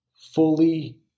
Fully